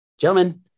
Gentlemen